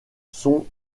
sont